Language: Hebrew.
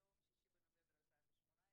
היום 6 בנובמבר 2018,